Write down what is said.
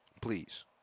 please